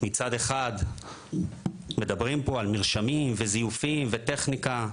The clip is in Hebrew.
מצד אחד, מדברים פה על מרשמים וזיופים וטכניקה.